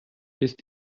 ist